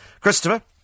Christopher